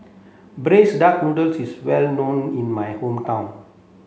braised duck noodle is well known in my hometown